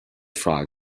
frog